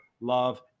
love